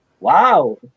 Wow